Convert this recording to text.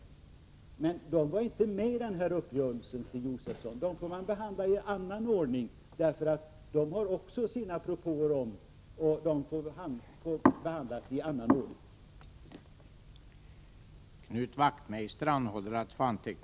Jordbrukarna var emellertid inte med i denna upgörelse, Stig Josefson, utan de får komma med i ett annat sammanhang och deras propåer behandlas i annan ordning.